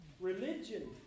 Religion